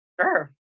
sure